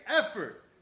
effort